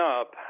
up